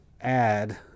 add